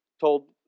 told